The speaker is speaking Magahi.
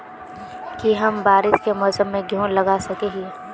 की हम बारिश के मौसम में गेंहू लगा सके हिए?